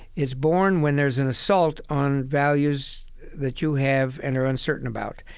it's born when there's an assault on values that you have and are uncertain about.